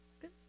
Good